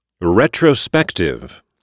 Retrospective